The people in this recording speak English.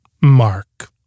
Mark